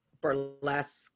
burlesque